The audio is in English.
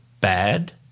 bad